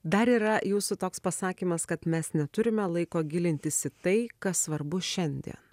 dar yra jūsų toks pasakymas kad mes neturime laiko gilintis į tai kas svarbu šiandien